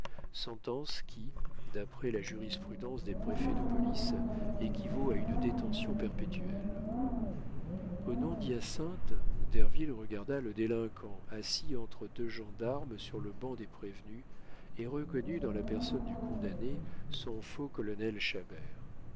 sentence qui d'après la jurisprudence des préfets de police équivaut à une détention perpétuelle au nom d'hyacinthe derville regarda le délinquant assis entre deux gendarmes sur le banc des prévenus et reconnut dans la personne du condamné son faux colonel